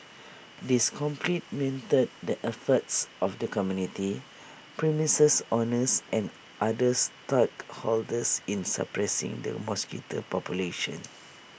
this complemented the efforts of the community premises owners and other stakeholders in suppressing the mosquito population